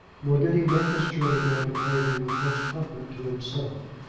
nor did he make his journey down to clavering with much comfort to himself.